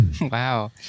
Wow